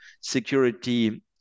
security